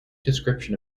description